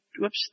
whoops